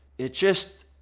it just,